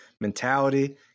mentality